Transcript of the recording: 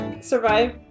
survive